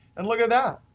and look at that,